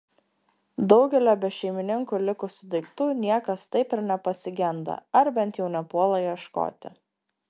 daugelio be šeimininkų likusių daiktų niekas taip ir nepasigenda ar bent jau nepuola ieškoti